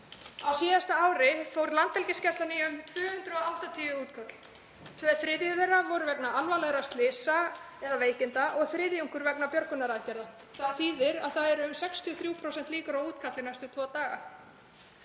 Á síðasta ári fór Landhelgisgæslan í um 280 útköll og tveir þriðju þeirra voru vegna alvarlegra slysa eða veikinda og þriðjungur vegna björgunaraðgerða. Það þýðir að það eru um 63% líkur á útkalli næstu tvo daga.